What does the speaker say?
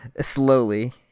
slowly